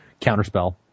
Counterspell